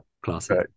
Classic